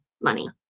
money